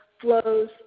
flows